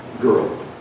girl